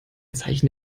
zeichen